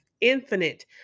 infinite